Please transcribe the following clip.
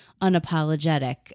unapologetic